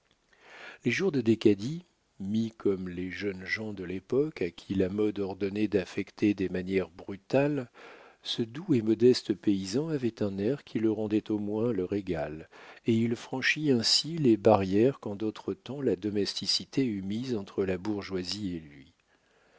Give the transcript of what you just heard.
les jours de décadi mis comme les jeunes gens de l'époque à qui la mode ordonnait d'affecter des manières brutales ce doux et modeste paysan avait un air qui le rendait au moins leur égal et il franchit ainsi les barrières qu'en d'autres temps la domesticité eût mises entre la bourgeoisie et lui